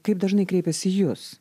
kaip dažnai kreipiasi į jus